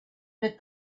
that